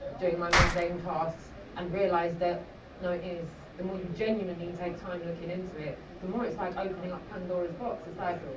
doing my mundane tasks and realised that no, it is. the more you genuinely and take time looking into it, the more it's like opening up pandora's box, it's like,